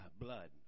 Blood